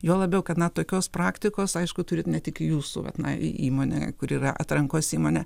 juo labiau kad na tokios praktikos aišku turit ne tik jūsų vat na įmonė kuri yra atrankos įmonė